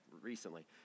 recently